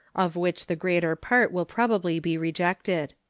of which the greater part will probably be rejected.